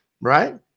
right